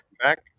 back